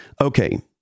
Okay